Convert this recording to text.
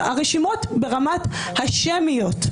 הרשימות הן ברמה השמית.